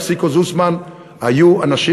וסיקו זוסמן היו אנשים.